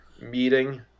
Meeting